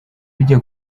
bijya